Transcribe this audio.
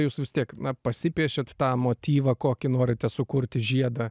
jūs vis tiek na pasipiešiat tą motyvą kokį norite sukurti žiedą